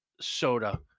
soda